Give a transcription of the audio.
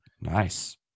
Nice